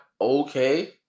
okay